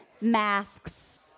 masks